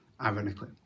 ironically